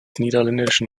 niederländischen